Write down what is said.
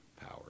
power